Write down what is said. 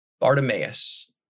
Bartimaeus